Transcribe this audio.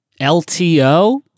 LTO